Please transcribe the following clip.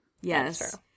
Yes